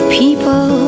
people